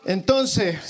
Entonces